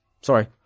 Sorry